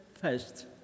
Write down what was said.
First